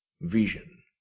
vision